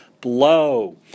blow